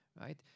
right